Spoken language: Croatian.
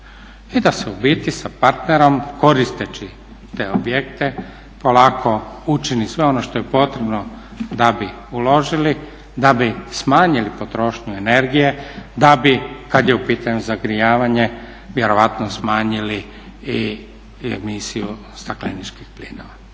I da se u biti sa partnerom koristeći te objekte polako učini sve ono što je potrebno da bi uložili, da bi smanjili potrošnju energije, da bi kada je u pitanju zagrijavanje vjerojatno smanjili i emisiju stakleničkih plinova.